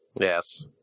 Yes